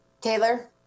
Taylor